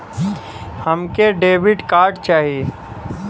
हमके debit card चाही?